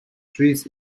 trees